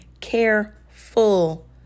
careful